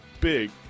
big